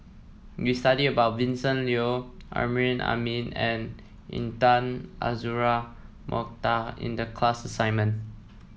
we studied about Vincent Leow Amrin Amin and Intan Azura Mokhtar in the class assignment